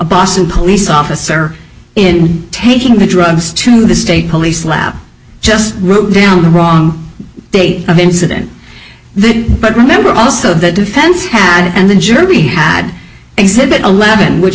boston police officer in taking the drugs to the state police lab just route down the wrong date of the incident but remember also the defense hat and the jersey hat exhibit eleven which